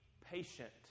patient